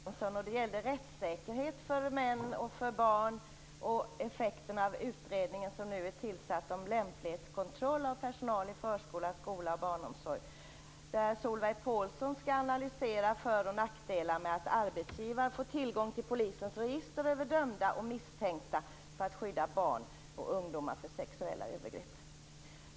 Fru talman! Jag har också en fråga till Ylva Johansson. Det gäller rättssäkerhet för män och för barn samt effekterna av den utredning som nu är tillsatt om lämplighetskontroll av personal i förskola, skola och barnomsorg. Det är Solveig Paulsson som skall analysera för och nackdelar med att arbetsgivare får tillgång till polisens register över dömda och misstänkta för att skydda barn och ungdomar från sexuella övergrepp.